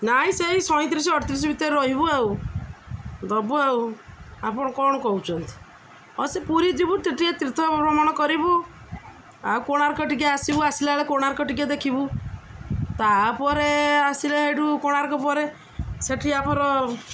ନାଇଁ ସେଇ ସଇଁତିରିଶ ଅଠତିରିଶ ଭିତରେ ରହିବୁ ଆଉ ଦେବୁ ଆଉ ଆପଣ କ'ଣ କହୁଛନ୍ତି ହଁ ସେ ପୁରୀ ଯିବୁ ଟିକେ ତୀର୍ଥ ଭ୍ରମଣ କରିବୁ ଆଉ କୋଣାର୍କ ଟିକେ ଆସିବୁ ଆସିଲାବେେଳେ କୋଣାର୍କ ଟିକେ ଦେଖିବୁ ତାପରେ ଆସିଲେ ସେଇଠୁ କୋଣାର୍କ ପରେ ସେଠି ଆମର